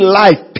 life